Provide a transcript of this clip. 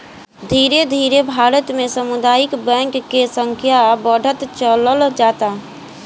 धीरे धीरे भारत में सामुदायिक बैंक के संख्या बढ़त चलल जाता